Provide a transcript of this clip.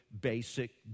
basic